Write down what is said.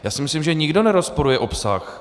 Já si myslím, že nikdo nerozporuje obsah.